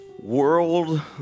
world